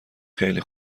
خیلی